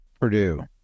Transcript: Purdue